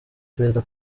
perezida